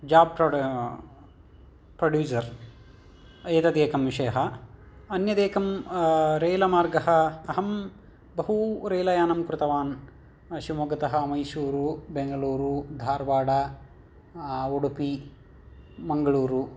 job प्रोड् producer एतदेकं विषयः अन्यदेकं रेलमार्गः अहं बहू रेलयानं कृतवान् शिवमोग्गतः मैसूरु बेंगलूरु दारवाड् उडुपि मङ्गलूरु